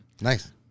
Nice